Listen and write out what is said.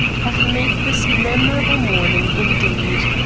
have made this a memorable morning indeed.